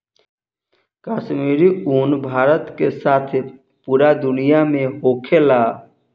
काश्मीरी उन भारत के साथे पूरा दुनिया में होखेला